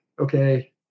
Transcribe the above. okay